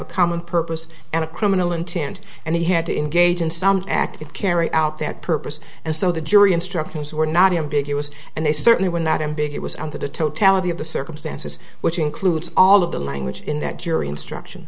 a common purpose and a criminal intent and he had to engage in some act that carry out that purpose and so the jury instructions were not ambiguous and they certainly were not ambiguous on the totality of the circumstances which includes all of the language in that jury instruction